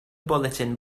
bulletin